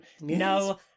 No